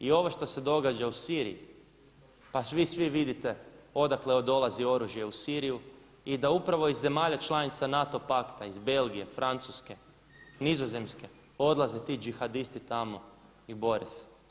I ovo što se događa u Siriji, pa vi svi vidite odakle dolazi oružje u Siriju i da upravo iz zemalja članica NATO pakta, iz Belgije, Francuske, Nizozemske odlaze ti đihadisti tamo i bore se.